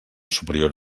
superior